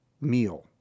meal